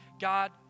God